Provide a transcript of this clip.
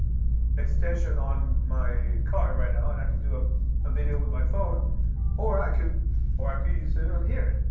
extension on my car right now and i could do a ah video with my phone or i could or i could use it on here.